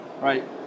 right